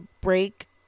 break